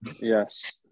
yes